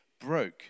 broke